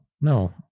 no